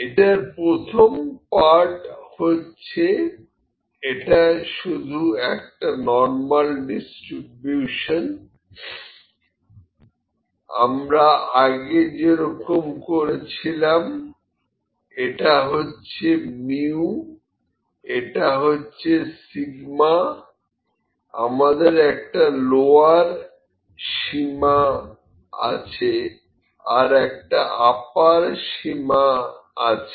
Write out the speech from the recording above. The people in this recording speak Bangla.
এটার প্রথম পার্ট হচ্ছে এটা শুধু একটা নর্মাল ডিস্ট্রিবিউশন আমরা আগে যেরকম করেছিলাম এটা হচ্ছে মিউ এটা হচ্ছে সিগমা আমাদের একটা লোয়ার সীমা আছে আর একটা আপার সীমা আছে